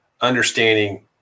understanding